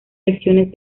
lecciones